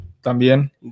También